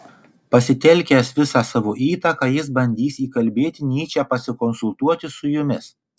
pasitelkęs visą savo įtaką jis bandys įkalbėti nyčę pasikonsultuoti su jumis